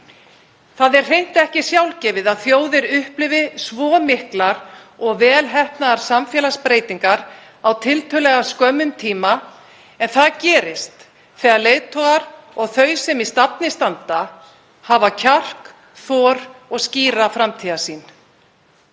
Það er hreint ekki sjálfgefið að þjóðir upplifi svo miklar og vel heppnaðar samfélagsbreytingar á tiltölulega skömmum tíma, en það gerist þegar leiðtogar og þau sem í stafni standa hafa kjark, þor og skýra framtíðarsýn.